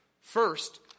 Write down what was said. First